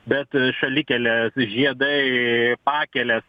bet šalikelės žiedai pakelės